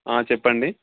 చెప్పండి